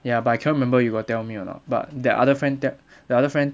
ya but I cannot remember you got tell me or not but that other friend that the other friend